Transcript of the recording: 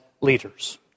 leaders